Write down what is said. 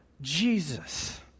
Jesus